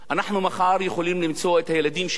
אנחנו מחר יכולים למצוא את הילדים שלנו,